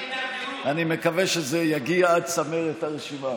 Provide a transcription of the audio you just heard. אני מקווה שזה יגיע עד צמרת הרשימה.